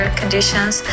conditions